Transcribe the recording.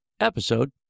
episode